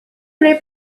olhei